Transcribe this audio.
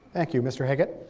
thank you. mister haggit.